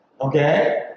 okay